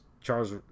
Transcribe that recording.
Charles